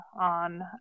on